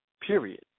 period